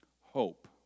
hope